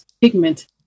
pigment